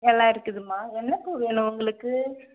எல்லாம் இருக்குதும்மா என்ன பூ வேணும் உங்களுக்கு